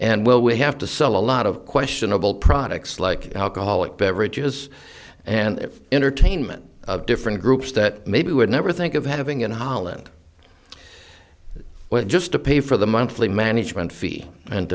and will we have to sell a lot of questionable products like alcoholic beverages and entertainment of different groups that maybe would never think of having in holland just to pay for the monthly management fee and